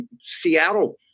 Seattle